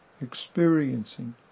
Experiencing